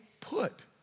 put